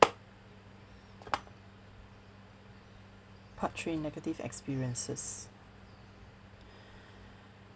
part three negative experiences